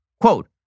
Quote